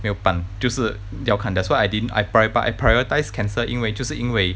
没有办就是要看 that's why I didn't I prior~ but I prioritize cancer 因为就是因为